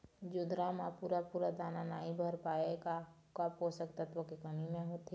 जोंधरा म पूरा पूरा दाना नई भर पाए का का पोषक तत्व के कमी मे होथे?